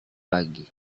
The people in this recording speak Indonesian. pagi